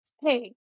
Hey